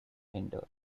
hinder